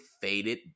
faded